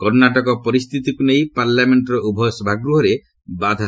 କର୍ଷ୍ଣାଟକ ପରିସ୍ଥିତିକୁ ନେଇ ପାର୍ଲାମେଣ୍ଟର ଉଭୟ ସଭାଗୃହରେ ବାଧା